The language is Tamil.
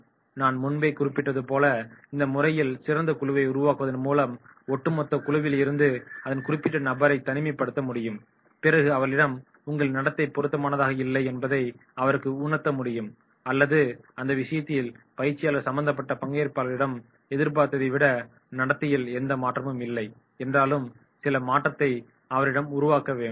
நான் முன்பே குறிப்பிட்டது போல இந்த முறையில் சிறந்த குழுவை உருவாக்குவதன் மூலம் ஒட்டுமொத்த குழுவில் இருந்து அந்த குறிப்பிட்ட நபரை தனிமைப்படுத்த முடியும் பிறகு அவரிடம் உங்கள் நடத்தை பொருத்தமானதாக இல்லை என்பதை அவருக்கு உணர்த்தக் முடியும் அல்லது அந்த விஷயத்தில் பயிற்சியாளர் சம்பந்தப்பட்ட பங்கேற்பாளர்களிடம் எதிர்பார்த்ததை விட நடத்தையில் எந்த மாற்றமும் இல்லை என்றாலும் சில மாற்றத்தை அவரிடம் உருவாக்க முடியும்